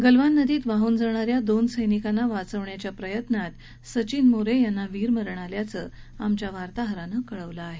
गलवान नदीत वाहून जाणाऱ्या दोन सैनिकांना वाचवण्याच्या प्रयत्नात सचिन मोरे यांना वीरमरण आल्याचं आमच्या वार्ताहरानं कळवलं आहे